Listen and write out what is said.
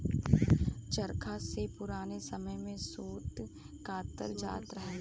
चरखा से पुराने समय में सूत कातल जात रहल